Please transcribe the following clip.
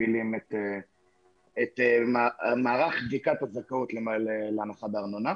שמפעילים את מערך בדיקת הזכאות להנחה בארנונה.